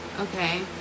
okay